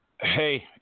Hey